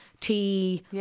tea